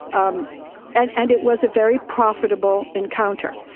um and and it was a very profitable encounter.